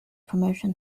promotion